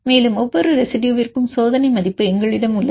மேலும் ஒவ்வொரு ரெசிடுயுவிற்கும் சோதனை மதிப்பு எங்களிடம் உள்ளது